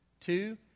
Two